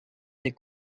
des